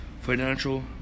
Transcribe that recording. financial